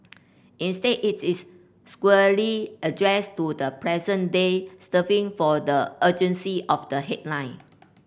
instead it is squarely addressed to the present day stir for the urgency of the headline